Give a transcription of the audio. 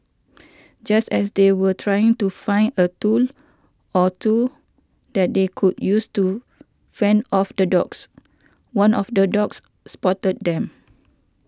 just as they were trying to find a two or two that they could use to fend off the dogs one of the dogs spotted them